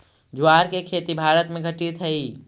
ज्वार के खेती भारत में घटित हइ